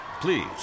please